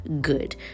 good